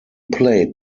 played